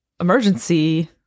emergency